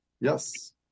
Yes